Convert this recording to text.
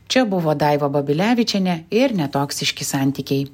čia buvo daiva babilevičienė ir netoksiški santykiai